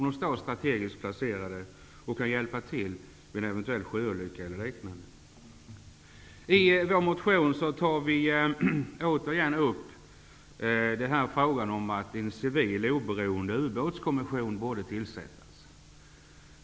De står strategiskt placerade och kan hjälpa till vid en eventuell sjöolycka eller liknande. I vår motion tar vi återigen upp frågan om att en civil oberoende ubåtskommission borde tillsättas.